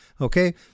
Okay